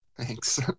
Thanks